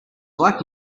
black